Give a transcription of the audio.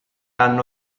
hanno